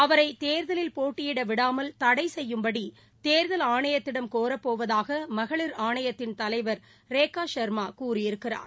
அவரை தேர்தலில் போட்டியிட விடாமல் தடை செய்யும்படி தேர்தல் ஆணையத்திடம் கோரப்போவதாக மகளிர் ஆணையத்தின் தலைவர் ரேகா சர்மா கூறியிருக்கிறார்